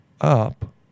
up